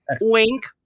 Wink